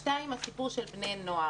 הנושא השני הוא הסיפור של בני הנוער.